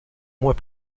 mois